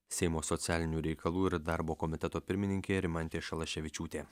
seimo socialinių reikalų ir darbo komiteto pirmininkė rimantė šalaševičiūtė